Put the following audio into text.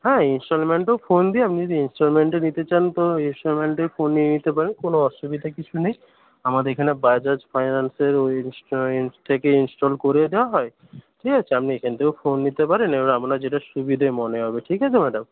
হ্যাঁ ইনস্টলমেন্টেও ফোন দিই আপনি যদি ইনস্টলমেন্টে নিতে চান তো ইনস্টলমেন্টে ফোন নিয়ে নিতে পারেন কোনো অসুবিধার কিছু নেই আমাদের এখানে বাজাজ ফাইনান্সের ঐ থেকে ইনস্টল করে দেওয়া হয় ঠিক আছে আপনি এখান থেকেও ফোন নিতে পারেন এবার আপনার যেটা সুবিধে মনে হবে ঠিক আছে ম্যাডাম